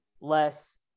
less –